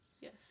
Yes